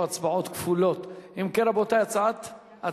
התשע"א 2010,